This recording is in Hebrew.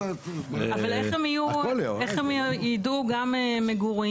אבל איך הם יהיו, איך הם יידעו גם מגורים?